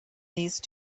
these